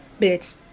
Bitch